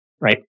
right